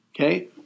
okay